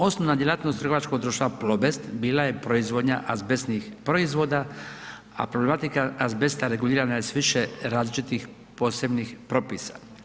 Osnovna djelatnost trgovačkog društva Plobest bila je proizvodnja azbestnih proizvoda, a problematika azbesta regulirana je s više različitih posebnih propisa.